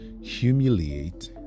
humiliate